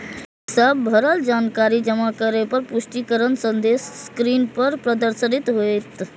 ई सब भरल जानकारी जमा करै पर पुष्टिकरण संदेश स्क्रीन पर प्रदर्शित होयत